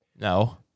No